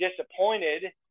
disappointed